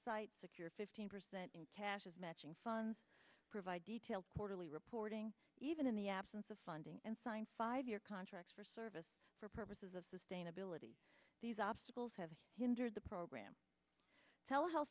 site secure fifteen percent in cash as matching funds provide detailed quarterly reporting even in the absence of funding and signed five year contracts for service for purposes of sustainability these obstacles have hindered the program telehealth